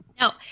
Now